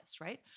right